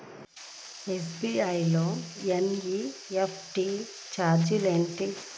SBI లో NEFT ఛార్జీలు ఏమిటి?